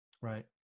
Right